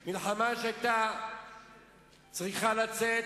מלחמה מוצדקת, מלחמה שהיתה צריכה לצאת,